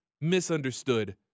misunderstood